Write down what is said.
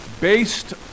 Based